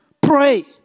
pray